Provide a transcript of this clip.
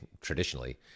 traditionally